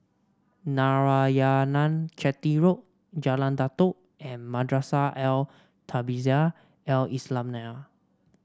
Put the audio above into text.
Narayanan Chetty Road Jalan Datoh and Madrasah Al Tahzibiah Al Islamiah